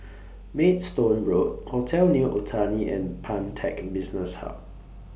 Maidstone Road Hotel New Otani and Pantech Business Hub